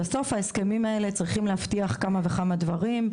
בסוף ההסכמים הללו צריכים להבטיח כמה וכמה דברים.